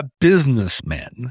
businessmen